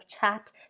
chat